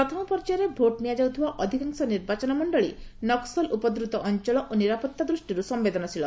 ପ୍ରଥମ ପର୍ଯ୍ୟାୟରେ ଭୋଟ୍ ନିଆଯାଉଥିବା ଅଧିକାଂଶ ନିର୍ବାଚନ ମଣ୍ଡଳୀ ନକ୍ସଲ ଉପଦ୍ରୁତ ଅଞ୍ଚଳ ଓ ନିରାପତ୍ତା ଦୃଷ୍ଟିରୁ ସମ୍ଭେଦନଶୀଳ